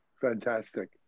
Fantastic